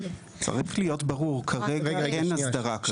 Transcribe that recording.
צריך להיות ברור: כרגע אין אסדרה כזאת.